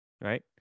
right